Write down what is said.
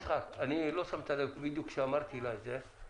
יצחק, לא שמת לב, בדיוק אמרתי לה את זה.